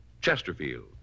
Chesterfield